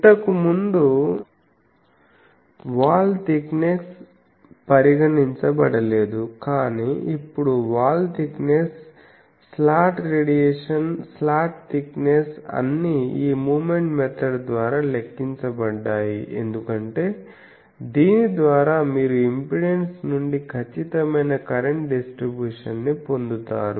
ఇంతకుముందు wall thickness పరిగణించబడలేదు కానీ ఇప్పుడు wall thickness slot radiation slot thickness అన్నీ ఈ మూమెంట్ మెథడ్ ద్వారా లెక్కించబడ్డాయి ఎందుకంటే దీని ద్వారా మీరు ఇంపెడెన్స్ నుండి ఖచ్చితమైన కరెంట్ డిస్ట్రిబ్యూషన్ ని పొందుతారు